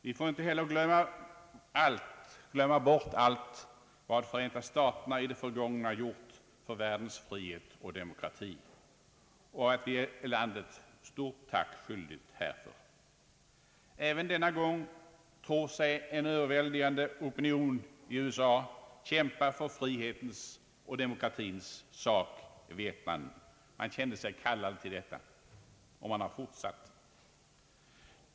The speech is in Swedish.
Vi får inte heller glömma bort allt vad Förenta staterna i det förgångna har gjort för världens frihet och demokrati, och att vi är landet stort tack skyldigt härför. Även denna gång tror sig en överväldigande opinion i USA kämpa för frihetens och demokratins sak i Vietnam. Man kände sig kallad till detta och har fortsatt.